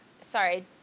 Sorry